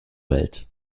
welt